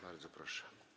Bardzo proszę.